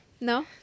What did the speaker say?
No